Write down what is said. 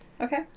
Okay